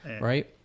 right